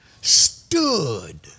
stood